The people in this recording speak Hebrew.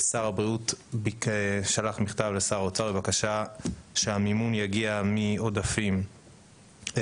שר הבריאות שלח מכתב לשר האוצר בבקשה שהמימון יגיע מעודפים שקיימים